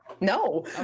No